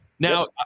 Now